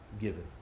given